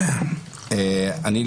אני,